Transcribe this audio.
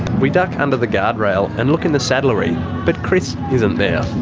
we duck under the guard rail, and look in the saddlery but chris isn't there.